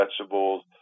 vegetables